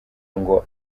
ngo